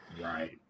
Right